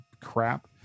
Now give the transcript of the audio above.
Crap